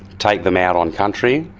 take them out on country.